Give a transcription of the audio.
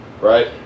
right